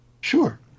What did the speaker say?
Sure